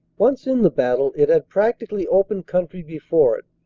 once in the battle, it had practically open country before it,